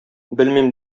белмим